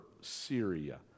Syria